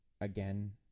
again